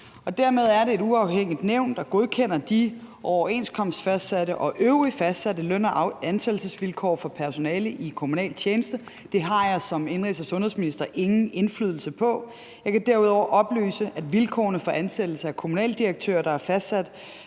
Dermed er det et uafhængigt nævn, der godkender de overenskomstfastsatte og øvrigt fastsatte løn- og ansættelsesvilkår for personale i kommunal tjeneste. Det har jeg som indenrigs- og sundhedsminister ingen indflydelse på. Jeg kan derudover oplyse, at vilkårene for ansættelse af kommunaldirektører, der er ansat